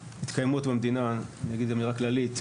אני אגיד אמירה כללית.